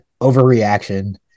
overreaction